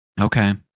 Okay